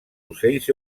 ocells